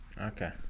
Okay